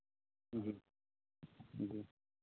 जी जी